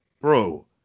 Bro